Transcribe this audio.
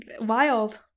Wild